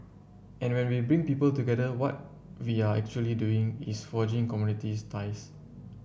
and when we bring people together what we are actually doing is forging communities ties